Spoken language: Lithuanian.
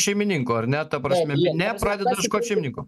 šeimininko ar ne ta prasme ne pradeda ieškot šeimininko